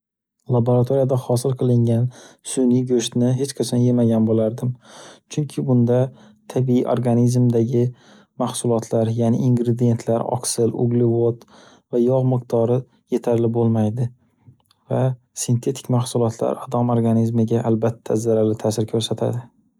Laboratoriyada hosil qilingan suniy goʻshtni hech qachon yemagan boʻlardim, chunki bunda tabiiy organizmdagi mahsulotlar, yaʼni ingredientlar, oksil, uglevod va yogʻ miqdori yetarli boʻlmaydi va sintetik mahsulotlar odam organizmiga albatta zararli taʼsir koʻrsatadi.